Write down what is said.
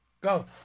Go